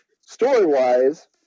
story-wise